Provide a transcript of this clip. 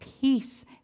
peace